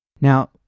Now